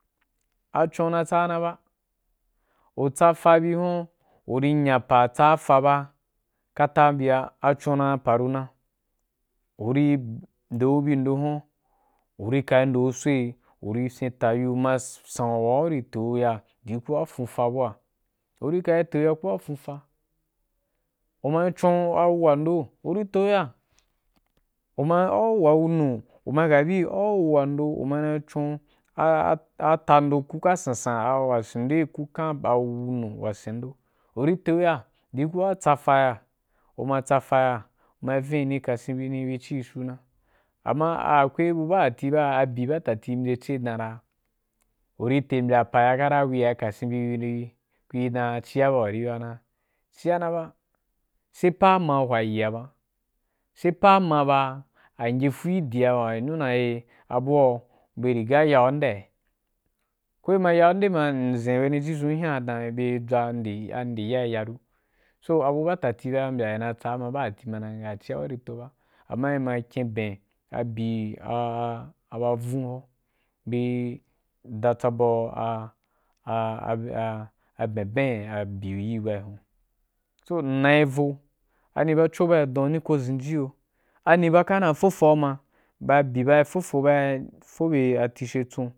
Achon na tsa naba, u tsa fa bi hun uri nya pa’ tsa’ fa ba, kato biya, achon na paru na, uri nɗe gu bin ndo, hun uri ka’ ri gu soi uri fyin tayi gu wala mai a san’u wa un ka ri tegu ya ndi wa’a ku ya fyin fa buwa un ka yi te u ya ku ya fyin fa, uma na chon wawa ‘ndou uri te gu ya. Uma au wawunu, uma ka bi au wuwan do uma na chon atando kuka san san, a wasindo kukan wawunu wasando kuka sansan uri te gu ya ku tsa fa naya kuma tsa fa ya kuma di ni kasin bi, ne bi cushuru na amma akwai buba aji ba adi ba tati mbe ce danra uri te pa ua kata kur ya kasin bi ri ku n dan cia bu wa ri ba kana cia na ba, sai pa wa hwayi’a ba, sai pa ba angyefu gi ɗi ya wani wa yin da e abua be riga yaunde’, ko be ma ya ‘unde ma m zen wani ji zun nya dan be dʒwande, ande n ya ru, so abu ba tatigaba ina tsa ma ba tabi ma ci ya wa rito ba, amma te ma yi kin ben abyi a ba vun bi da tsaba a a aben ben abyiu iri ba hunwa so inarivou ani bacho ba gī dun howa ni zhen ji ki yo, anii bakara fofa ama ba di ba na fofo ba yi fo be a tashe tsun.